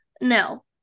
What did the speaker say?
no